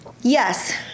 Yes